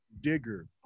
digger